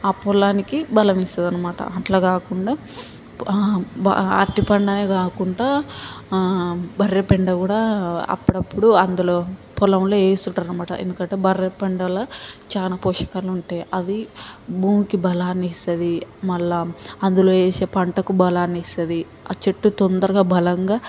ఆ పొలానికి బలం ఇస్తుంది అనమాట అట్లా కాకుండా ఆ అరటిపండే కాకుండా ఆ బర్రె పెండ కూడా అప్పుడప్పుడూ అందులో పొలంలో వేస్తుంటారు అనమాట ఎందుకంటే ఆ బర్రెపెండలో చాలా పోషకాలు ఉంటాయి అది భూమికి బలాన్ని ఇస్తుంది మళ్ళీ అందులో వేసే పంటకు బలాన్ని ఇస్తుంది ఆ చెట్టు తొందరగా బలంగా